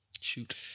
shoot